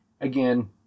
Again